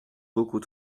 beaucoup